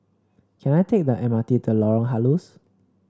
can I take the M R T to Lorong Halus